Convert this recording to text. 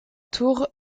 tour